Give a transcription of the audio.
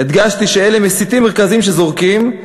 הדגשתי שאלה מסיתים מרכזיים שזורקים,